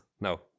No